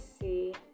see